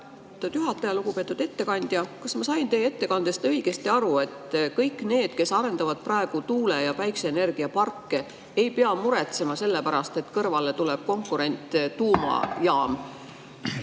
juhataja! Lugupeetud ettekandja! Kas ma sain teie ettekandest õigesti aru, et kõik need, kes arendavad praegu tuule- ja päikeseenergiaparke, ei pea muretsema sellepärast, et kõrvale tuleb konkurent, tuumajaam,